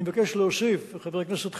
אני מבקש להוסיף לחבר הכנסת חנין,